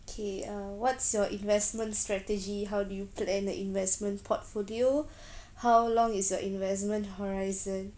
kay uh what's your investment strategy how do you plan the investment portfolio how long is your investment horizon